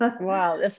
Wow